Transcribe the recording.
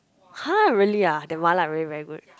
!huh! really ah that mala very very good